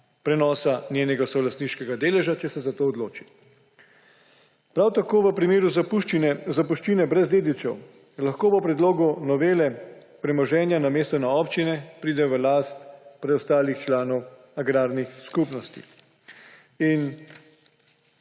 prenosa njenega solastniškega deleža, če se za to odloči. Prav tako v primeru zapuščine brez dedičev lahko po predlogu novele premoženje namesto na občine pride v last preostalih članov agrarnih skupnosti.